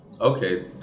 Okay